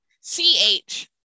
C-H